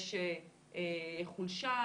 יש חולשה,